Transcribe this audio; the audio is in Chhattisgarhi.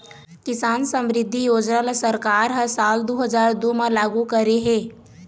किसान समरिद्धि योजना ल सरकार ह साल दू हजार दू म लागू करे हे